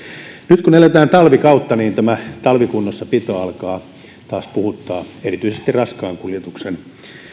nyt kun eletään talvikautta niin tämä talvikunnossapito alkaa taas puhuttaa erityisesti raskaan kuljetuksen